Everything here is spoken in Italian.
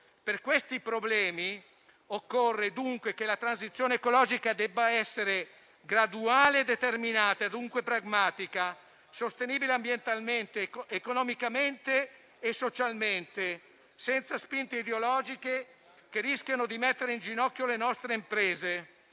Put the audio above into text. Per questi problemi occorre dunque che la transizione ecologica sia graduale e determinata e dunque pragmatica, sostenibile ambientalmente, economicamente e socialmente, senza spinte ideologiche che rischiano di mettere in ginocchio le nostre imprese.